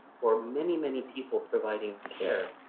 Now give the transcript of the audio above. for many, many people providing care,